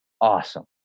awesome